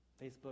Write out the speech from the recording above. Facebook